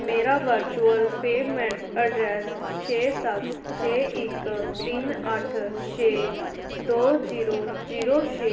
ਮੇਰਾ virtual payment address ਛੇ ਸੱਤ ਛੇ ਇੱਕ ਤਿੰਨ ਅੱਠ ਛੇ ਦੋ ਜੀਰੋ ਜੀਰੋ ਛੇ